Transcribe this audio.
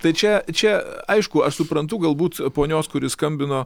tai čia čia aišku aš suprantu galbūt ponios kuri skambino